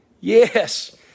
Yes